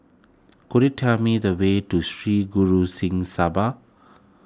could you tell me the way to Sri Guru Singh Sabha